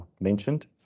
mentioned